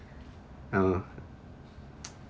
I don't know